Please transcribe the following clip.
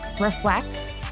reflect